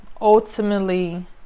ultimately